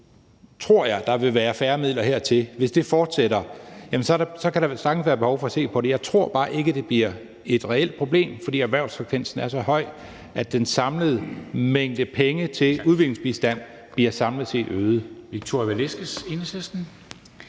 kort periode vil være færre midler til det, men hvis det fortsætter, kan der sagtens være et behov for at se på det. Jeg tror bare ikke, at det bliver et reelt problem, fordi ukrainernes erhvervsfrekvens er så høj, at pengene til udviklingsbistand samlet set